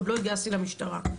עוד לא התגייסתי למשטרה.